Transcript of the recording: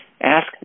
Ask